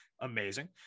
amazing